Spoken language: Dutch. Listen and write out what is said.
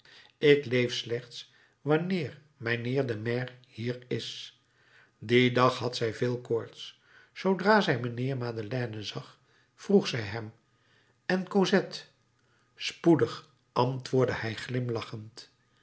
ik leef slechts wanneer mijnheer de maire hier is dien dag had zij veel koorts zoodra zij mijnheer madeleine zag vroeg zij hem en cosette spoedig antwoordde hij glimlachend